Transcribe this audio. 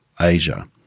Asia